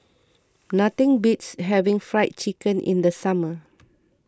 nothing beats having Fried Chicken in the summer